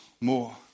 more